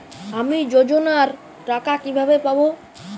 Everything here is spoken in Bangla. আমি যোজনার টাকা কিভাবে পাবো?